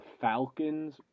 Falcons